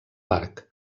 parc